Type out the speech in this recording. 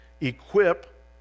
equip